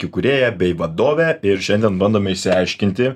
įkūrėja bei vadove ir šiandien bandome išsiaiškinti